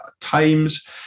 times